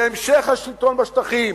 והמשך השלטון בשטחים,